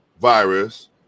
virus